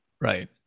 Right